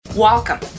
Welcome